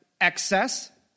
excess